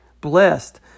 blessed